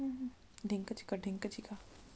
ऋण काबर लेथे?